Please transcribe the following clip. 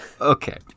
Okay